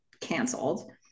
canceled